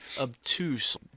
obtuse